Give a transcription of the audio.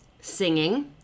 singing